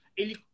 ele